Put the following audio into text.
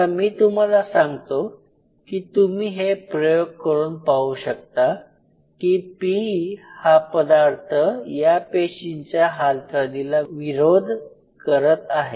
आता मी तुम्हाला सांगतो की तुम्ही हे प्रयोग करून पाहू शकता की "P" हा पदार्थ या पेशींच्या हालचालीला विरोध करत आहे